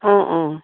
অঁ অঁ